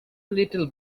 little